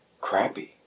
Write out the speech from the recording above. crappy